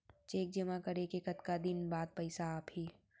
Cheque जेमा करें के कतका दिन बाद पइसा आप ही?